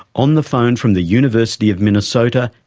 on the phone from the university of minnesota,